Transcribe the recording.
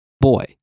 boy